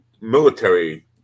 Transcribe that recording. military